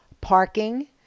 parking